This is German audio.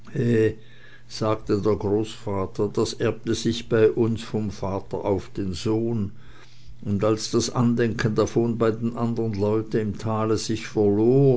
sagte der großvater das erbte sich bei uns vom vater auf den sohn und als das andenken davon bei den andern leuten im tale sich